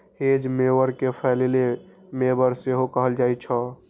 hedge mower कें फलैले mower सेहो कहल जाइ छै